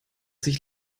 sich